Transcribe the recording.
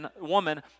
woman